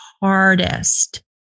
hardest